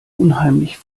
unheimlich